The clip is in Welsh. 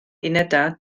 unedau